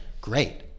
Great